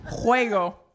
Juego